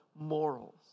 morals